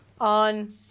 on